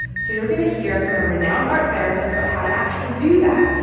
so you're going to hear from a renowned art therapist about how to actually do that.